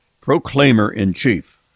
proclaimer-in-chief